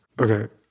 Okay